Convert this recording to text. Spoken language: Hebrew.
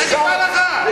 השר כהן,